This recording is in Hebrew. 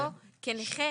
או כנכה